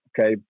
okay